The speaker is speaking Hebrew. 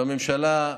והממשלה,